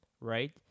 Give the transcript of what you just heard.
right